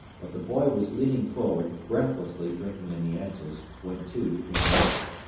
but the boy was leaning forward, breathlessly drinking in the answers, when tude came back.